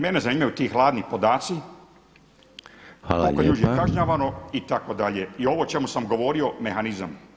Mene zanimaju ti hladni podaci, koliko je ljudi kažnjavano itd [[Upadica Reiner: Hvala lijepa.]] I ovo o čemu sam govorio mehanizam.